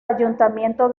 ayuntamiento